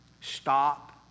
Stop